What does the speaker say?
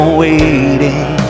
waiting